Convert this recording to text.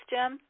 Jim